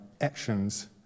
actions